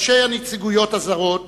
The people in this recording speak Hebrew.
ראשי הנציגויות הזרות,